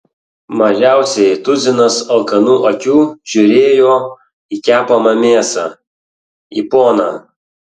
mažiausiai tuzinas alkanų akių žiūrėjo į kepamą mėsą į poną